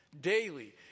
daily